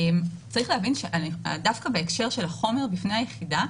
צריך להבין שדווקא בהקשר של החומר בפני היחידה,